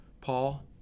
Paul